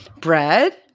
Bread